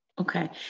okay